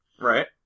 Right